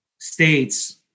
states